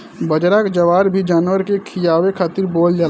बजरा, जवार भी जानवर के खियावे खातिर बोअल जाला